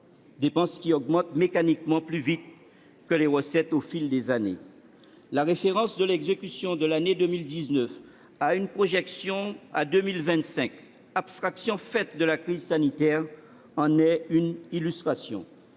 dépenses qui augmentent mécaniquement plus vite que les recettes au fil des années ? La référence de l'exécution de l'année 2019 à une projection à 2025- abstraction faite de la crise sanitaire -en est une illustration